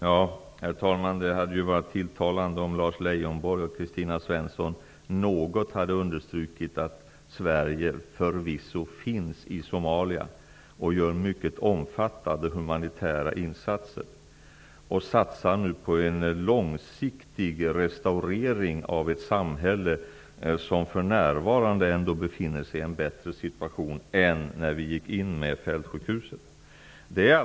Herr talman! Det hade varit tilltalande om Lars Leijonborg och Kristina Svensson något hade understrukit att Sverige förvisso finns i Somalia och gör mycket omfattande humanitära insatser. Sverige satsar nu på en långsiktig restaurering av ett samhälle som för närvarande ändå befinner sig i en bättre situation än när Sverige kom dit med fältsjukhuset.